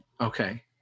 Okay